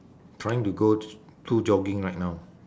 trying to go to jogging right now